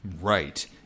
Right